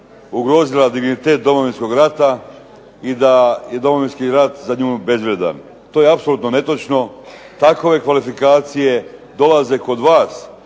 ugrozila dignitet Domovinskog rata i da je Domovinski rat za nju bezvrijedan. To ja apsolutno netočno. Takove kvalifikacije dolaze kod vas,